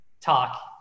talk